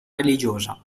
religiosa